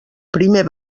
primer